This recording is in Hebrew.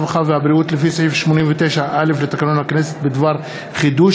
הרווחה והבריאות לפי סעיף 89(א) לתקנון הכנסת בדבר חידוש